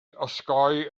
osgoi